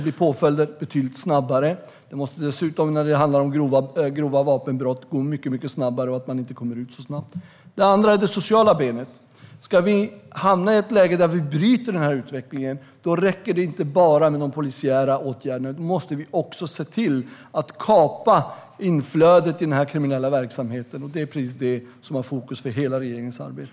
Det måste bli betydligt snabbare påföljder, och det måste, när det handlar om grova vapenbrott, gå mycket snabbare och man ska dessutom inte komma ut så snabbt. Det andra benet är det sociala. Ska vi hamna i ett läge där vi bryter den här utvecklingen räcker det inte bara med de polisiära åtgärderna, utan då måste vi också se till att kapa inflödet i den här kriminella verksamheten. Det är precis det som är fokus för hela regeringens arbete.